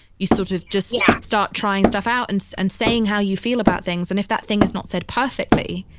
you sort of just yeah start trying stuff out and, and saying how you feel about things. and if that thing is not said perfectly,